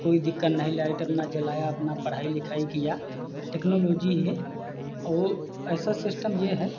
कोई दिक्कत नहीं लाइट अपना जलाया अपना पढ़ाई लिखाई किया टेक्नोलॉजी है और ऐसा सिस्टम ये है